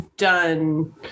done